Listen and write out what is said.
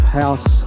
house